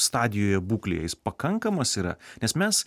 stadijoje būklėje pakankamas yra nes mes